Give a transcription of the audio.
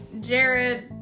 Jared